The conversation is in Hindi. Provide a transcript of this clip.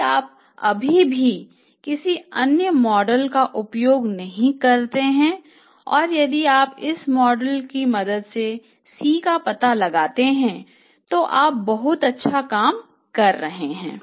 यदि आप अभी भी किसी अन्य मॉडल का उपयोग नहीं करते हैं और यदि आप इस मॉडल की मदद से C का पता लगाते हैं तो आप बहुत अच्छा काम कर रहे हैं